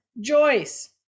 Joyce